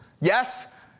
Yes